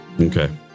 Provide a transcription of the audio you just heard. Okay